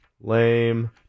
Lame